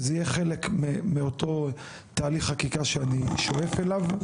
זה יהיה חלק מאותו תהליך חקיקה שאני שואף אליו.